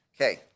Okay